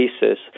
basis